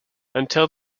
until